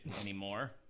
anymore